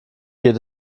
geht